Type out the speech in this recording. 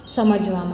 સમજવામાં